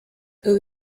ubu